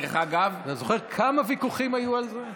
דרך אגב, אתה זוכר כמה ויכוחים היו על זה?